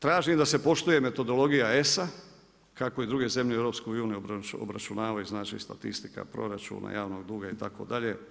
Tražim da se poštuje metodologija ESA, kako i druge zemlje u EU-a obračunavaju znači, statistika, proračune, javnog duga itd.